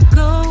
go